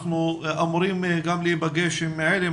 אנחנו אמורים גם להיפגש עם עלם.